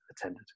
attended